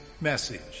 message